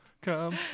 Come